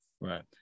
Right